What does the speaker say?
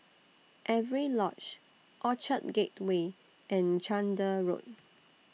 Avery Lodge Orchard Gateway and Chander Road